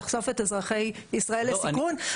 תחשוף את אזרחי ישראל לסיכון?